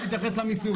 אני לא מתייחס למיסוך.